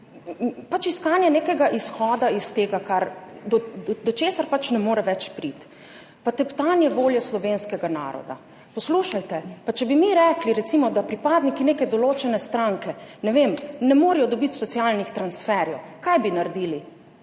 pač iskanje nekega izhoda iz tega do česar pač ne more več priti pa teptanje volje slovenskega naroda. Poslušajte, pa če bi mi rekli, recimo, da pripadniki neke določene stranke, ne vem, ne morejo dobiti socialnih transferjev - kaj bi naredili?